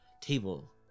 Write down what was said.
table